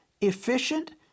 efficient